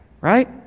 Right